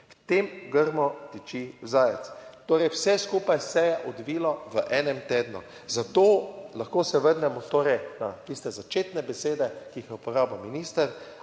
V tem grmu tiči zajec. Torej vse skupaj se je odvilo v enem tednu, zato lahko se vrnemo torej na tiste začetne besede, ki jih je uporabil minister.